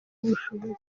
ubushobozi